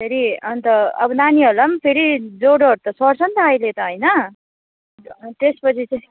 फेरि अन्त अब नानीहरूलाई पनि फेरि ज्वरोहरू त सर्छ नि त अहिले त होइन त्यसपछि चाहिँ